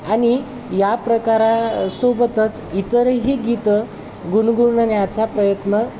आणि या प्रकारा सोबतच इतरही गीतं गुणगुणण्याचा प्रयत्न